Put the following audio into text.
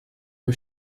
que